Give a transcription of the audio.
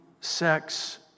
sex